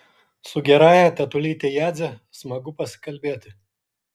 su gerąja tetulyte jadze smagu pasikalbėti